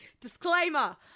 Disclaimer